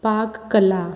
पाक कला